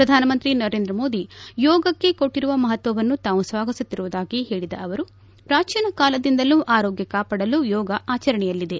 ಪ್ರಧಾನಮಂತ್ರಿ ನರೇಂದ್ರ ಮೋದಿ ಯೋಗಕ್ಕೆ ಕೊಟ್ಟರುವ ಮಹತ್ವವನ್ನು ತಾವು ಸ್ವಾಗತಿಸುತ್ತಿರುವುದಾಗಿ ಹೇಳಿದ ಅವರು ಪೂಚೀನ ಕಾಲದಿಂದಲೂ ಆರೋಗ್ಯ ಕಾಪಾಡಲು ಯೋಗ ಆಚರಣೆಯಲ್ಲಿದೆ